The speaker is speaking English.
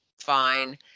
Fine